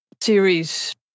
series